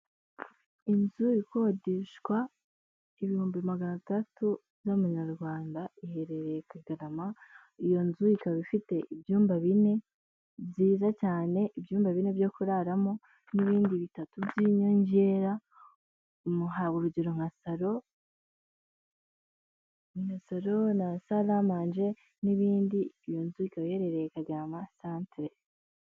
Inzu ikodeshwa ibihumbi magana atandatu by'amanyarwanda, iherereye Kagarama, iyo nzu ikaba ifite ibyumba bine byiza cyane ibyumba bine byo kuraramo n'ibindi bitatu by'inyongera, umuha urugero nka saro na saramanje n'ibindi, iyo nzu ikaba iherereye Kagarama santire.